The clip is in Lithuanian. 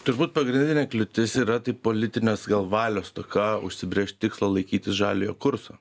turbūt pagrindinė kliūtis yra tai politinės gal valios stoka užsibrėžt tikslą laikytis žaliojo kurso